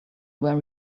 were